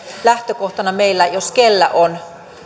lähtökohtana meillä jos kellä on